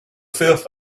fifth